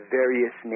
various